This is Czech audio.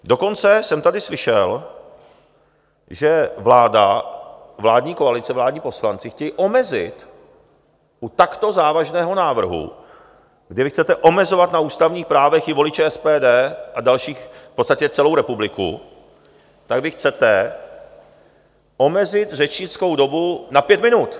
Dokonce jsem tady slyšel, že vláda, vládní koalice, vládní poslanci chtějí omezit u takto závažného návrhu, kde vy chcete omezovat na ústavních právech i voliče SPD a další, v podstatě celou republiku, tak vy chcete omezit řečnickou dobu na pět minut.